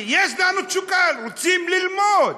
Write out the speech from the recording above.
כי יש לנו תשוקה, רוצים ללמוד,